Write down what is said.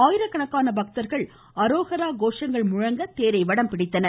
ஆயிரக்கணக்கான பக்தர்கள் அரோகரா கோஷங்கள் முழங்க தேரை வடம்பிடித்தனர்